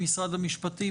המרכזית,